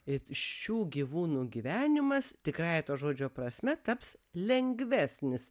ir šių gyvūnų gyvenimas tikrąja to žodžio prasme taps lengvesnis